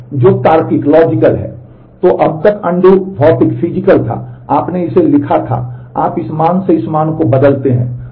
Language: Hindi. तो अब तक अनडू भौतिक था आपने इसे लिखा था आप इस मान से इस मान को बदलते हैं